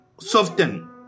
soften